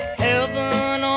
heaven